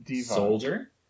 Soldier